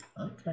Okay